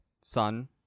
sun